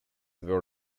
were